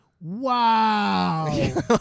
Wow